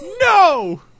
No